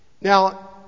Now